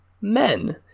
Men